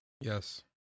yes